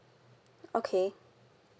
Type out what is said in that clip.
okay